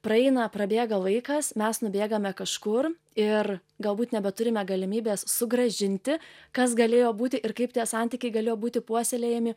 praeina prabėga laikas mes nubėgame kažkur ir galbūt nebeturime galimybės sugrąžinti kas galėjo būti ir kaip tie santykiai galėjo būti puoselėjami